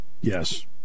Yes